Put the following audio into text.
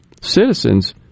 citizens